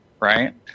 Right